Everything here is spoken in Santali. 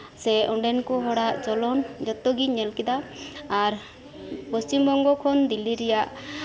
ᱥᱮ ᱚᱸᱰᱮᱱ ᱠᱚ ᱦᱚᱲᱟᱜ ᱪᱚᱞᱚᱱ ᱡᱚᱛᱚ ᱜᱮᱧ ᱧᱮᱞ ᱠᱮᱫᱟ ᱟᱨ ᱯᱚᱥᱪᱷᱤᱢ ᱵᱚᱝᱜᱚ ᱠᱷᱚᱱ ᱫᱤᱞᱞᱤ ᱨᱮᱭᱟᱜ